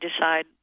decide